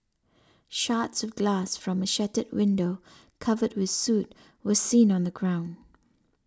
shards of glass from a shattered window covered with soot were seen on the ground